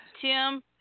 Tim